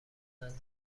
نزد